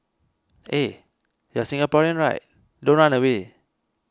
eh you're Singaporean right don't run away